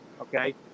okay